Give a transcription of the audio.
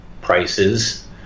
prices